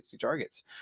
targets